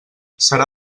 serà